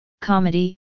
comedy